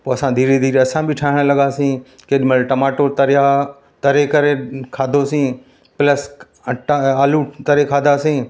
पो असां धीरे धीरे असां बि ठाहिणु लॻासीं केॾीमहिल टमाटो तरिया तरे करे खाधोसी प्लस अटा आलू तरे खाधासीं